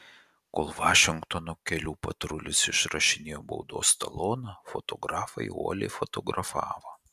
kol vašingtono kelių patrulis išrašinėjo baudos taloną fotografai uoliai fotografavo